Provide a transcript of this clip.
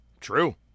True